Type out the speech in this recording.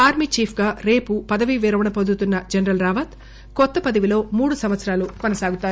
army chief గా రేపు పదవీ విరమణ పొందుతున్న జనరల్ రావత్ కొత్త పదవిలో మూడు సంవత్సరాలు కొనసాగుతారు